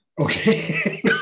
Okay